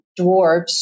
dwarves